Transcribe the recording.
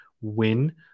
win